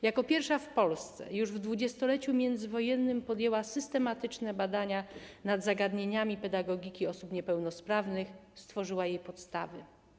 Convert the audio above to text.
Jako pierwsza w Polsce już w 20-leciu międzywojennym podjęła systematyczne badania nad zagadnieniami pedagogiki osób niepełnosprawnych, stworzyła jej podstawy.